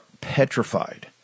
petrified